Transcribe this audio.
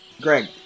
Greg